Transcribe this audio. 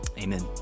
Amen